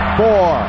four